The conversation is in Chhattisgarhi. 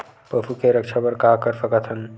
पशु के रक्षा बर का कर सकत हन?